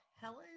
Helen